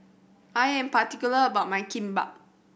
I am particular about my Kimbap